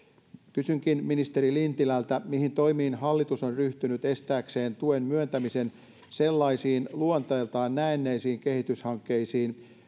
kysynkin ministeri lintilältä mihin toimiin hallitus on ryhtynyt estääkseen tuen myöntämisen sellaisiin luonteeltaan näennäisiin kehityshankkeisiin